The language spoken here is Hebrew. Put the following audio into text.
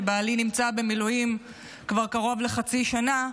שבעלי נמצא במילואים כבר קרוב לחצי שנה,